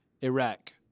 Iraq